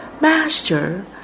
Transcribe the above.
Master